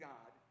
God